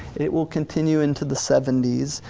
it will continue into the seventy s,